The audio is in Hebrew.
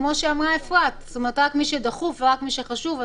כמו שאמרה אפרת שרק מי שדחוף ורק מי שחשוב.